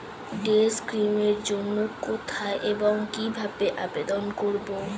Day scheme এর জন্য কোথায় এবং কিভাবে আবেদন করব?